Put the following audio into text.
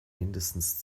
mindestens